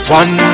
one